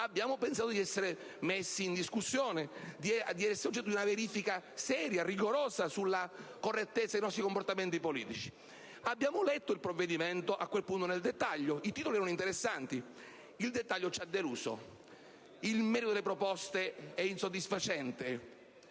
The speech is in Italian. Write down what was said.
condizione di aprire una discussione, di essere oggetto di una verifica seria e rigorosa sulla correttezza dei nostri comportamenti politici. Abbiamo poi letto il provvedimento nel dettaglio; le rubriche erano interessanti, il dettaglio ci ha deluso. Il merito delle proposte è insoddisfacente,